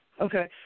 Okay